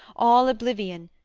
all oblivion,